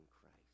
Christ